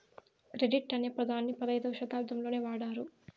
credit అనే పదాన్ని పదైధవ శతాబ్దంలోనే వాడారు